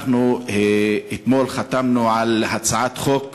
אתמול חתמנו על הצעת חוק,